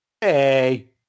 Hey